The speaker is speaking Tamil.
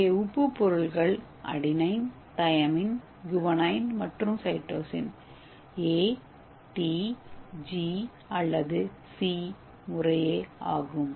இங்கே உப்பு பொருள்கள் அடினீன் தைமைன் குவானைன் மற்றும் ஏ டி ஜி அல்லது சி முறையே ஆகும்